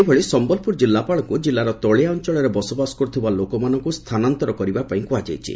ସେହିଭଳି ସମ୍ମଲପୁର କିଲ୍ଲାପାଳଙ୍କୁ ଜିଲ୍ଲାର ତଳିଆ ଅଞ୍ଞଳରେ ବସବାସ କରୁଥିବା ଲୋକମାନଙ୍କୁ ସ୍କାନାନ୍ତର କରିବା ପାଇଁ କୁହାଯାଇଛି